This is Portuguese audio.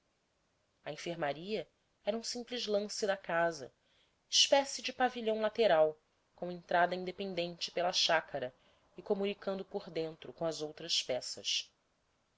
a enfermaria era um simples lance da casa espécie de pavilhão lateral com entrada independente pela chácara e comunicando por dentro com as outras peças